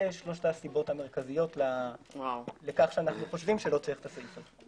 אלה שלוש הסיבות המרכזיות לכך שאנו חושבים שלא צריך את זה.